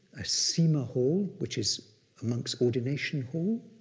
a sema hall, which is a monk's ordination hall,